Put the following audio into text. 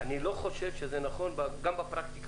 אני לא חושב שזה נכון מבחינה פרקטית